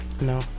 No